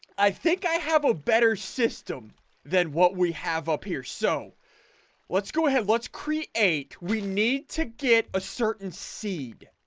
i think i have a better system than what we have up here, so let's go ahead. let's create. we need to get a certain seed